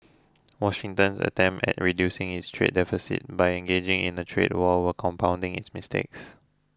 Washington's attempts at reducing its trade deficit by engaging in a trade war were compounding its mistakes